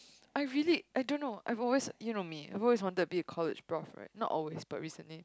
I really I don't know I've always you know me I've always wanted to be a college prof right not always but recently